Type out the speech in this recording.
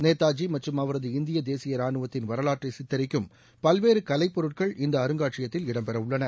நேதாஜி மற்றும் அவரது இந்திய தேசிய ராணுவத்தின் வரவாற்றை சித்தரிக்கும் பல்வேறு கலைப்பொருட்கள் இந்த அருங்காட்சியகத்தில் இடம்பெற உள்ளன